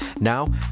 Now